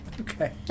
Okay